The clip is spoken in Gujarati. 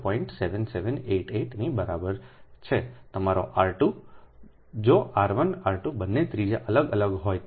7788 ની બરાબર છે તમારો r 2 જો r 1 r 2 બંને ત્રિજ્યા અલગ અલગ હોય તો